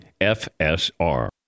FSR